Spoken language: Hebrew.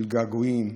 של געגועים,